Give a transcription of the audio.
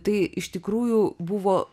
tai iš tikrųjų buvo